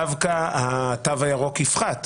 דווקא התו הירוק יפחת.